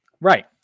Right